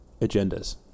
agendas